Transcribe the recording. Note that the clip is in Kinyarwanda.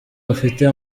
bafite